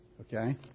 Okay